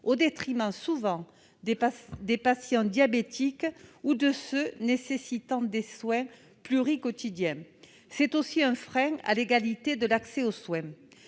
au détriment, souvent, des patients diabétiques ou de ceux qui ont besoin de soins pluriquotidiens. C'est aussi un frein à l'égalité en matière d'accès aux soins.